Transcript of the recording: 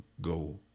go